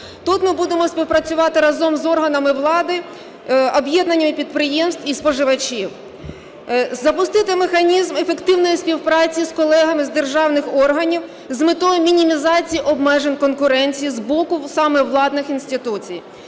Тут ми будемо співпрацювати разом з органами влади, об'єднаннями підприємств і споживачів. Запустити механізм ефективної співпраці з колегами з державних органів з метою мінімізації обмежень конкуренції з боку саме владних інституцій.